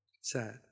sad